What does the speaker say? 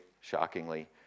shockingly